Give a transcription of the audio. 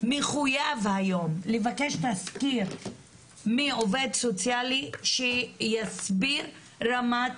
מחויב היום לבקש תסקיר מעובד סוציאלי שיסביר גם את רמת